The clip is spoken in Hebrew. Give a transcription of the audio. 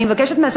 אני מבקשת מהשר